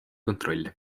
kontrolli